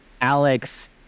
Alex